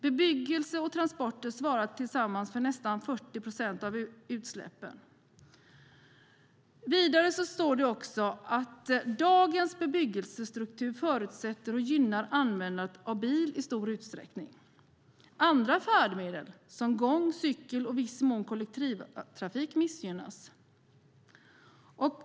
Bebyggelse och transporter svarar tillsammans för nästan 40 procent av utsläppen. Vidare står det också att dagens bebyggelsestruktur förutsätter och gynnar användandet av bil i stor utsträckning. Andra sätt att färdas som gång, cykel och i viss mån kollektivtrafik missgynnas.